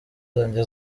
zanjye